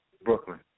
Brooklyn